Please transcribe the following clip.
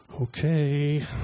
okay